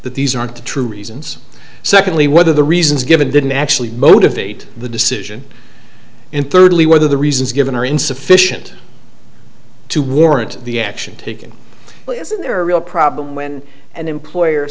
that these aren't the true reasons secondly whether the reasons given didn't actually motivate the decision and thirdly whether the reasons given are insufficient to warrant the action taken but isn't there a real problem when an employer